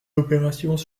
opérations